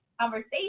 conversation